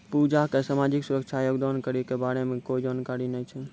पूजा क सामाजिक सुरक्षा योगदान कर के बारे मे कोय जानकारी नय छै